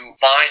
find